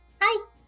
Hi